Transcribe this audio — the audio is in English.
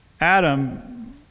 Adam